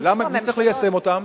מי צריך ליישם אותן?